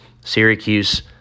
Syracuse